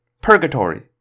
Purgatory